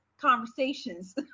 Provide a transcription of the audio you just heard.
conversations